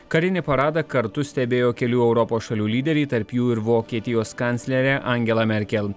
karinį paradą kartu stebėjo kelių europos šalių lyderiai tarp jų ir vokietijos kanclerė angela merkel